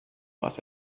was